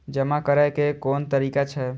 जमा करै के कोन तरीका छै?